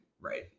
Right